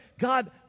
God